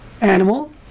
animal